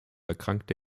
erkrankte